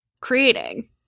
creating